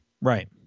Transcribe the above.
Right